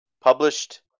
Published